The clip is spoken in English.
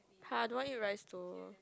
har I don't wanna eat rice though